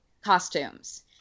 costumes